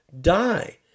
die